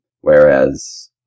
Whereas